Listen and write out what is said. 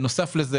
בנוסף לכך,